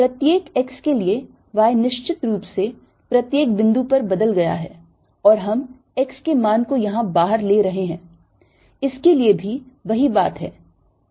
प्रत्येक x के लिए y निश्चित रूप से प्रत्येक बिंदु पर बदल गया है और हम x के मान को यहाँ बाहर ले रहे हैं इसके लिए भी वही बात है